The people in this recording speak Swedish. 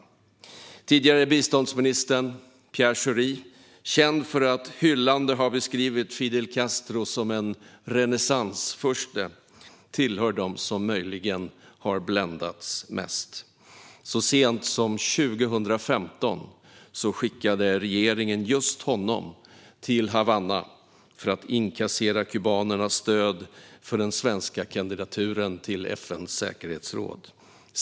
Den tidigare biståndsministern Pierre Schori, känd för att hyllande ha beskrivit Fidel Castro som en renässansfurste, tillhör dem som möjligen har bländats mest. Så sent som 2015 skickade regeringen just honom till Havanna för att inkassera kubanernas stöd för den svenska kandidaturen till FN:s säkerhetsråd.